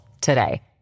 today